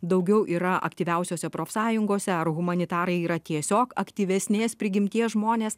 daugiau yra aktyviausiose profsąjungose ar humanitarai yra tiesiog aktyvesnės prigimties žmonės